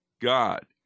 God